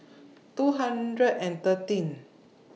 two hundred and thirteen